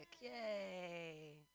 Yay